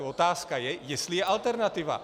Otázka je, jestli je alternativa.